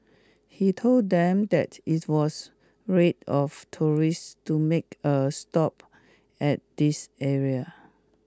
he told them that it was raid of tourists to make a stop at this area